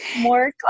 more